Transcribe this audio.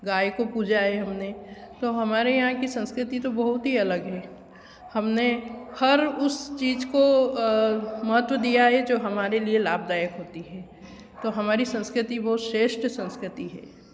गाय को पूजा है हमने तो हमारे यहाँ की संस्कृति तो बहुत ही अलग है हमने हर उस चीज़ को को महत्व दिया है जो हमारे लिए लाभदायक होती है तो हमारी संस्कृति बहुत श्रेष्ठ संस्कृति है